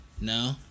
No